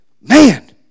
man